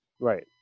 Right